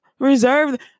Reserved